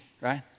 right